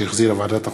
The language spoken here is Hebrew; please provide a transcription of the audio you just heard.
שהחזירה ועדת החוקה,